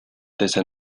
desde